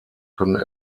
können